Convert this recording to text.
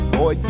Boy